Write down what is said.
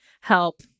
help